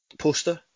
poster